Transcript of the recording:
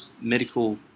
medical